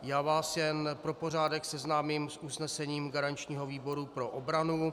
Já vás jen pro pořádek seznámím s usnesením garančního výboru pro obranu.